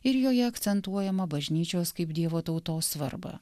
ir joje akcentuojamą bažnyčios kaip dievo tautos svarbą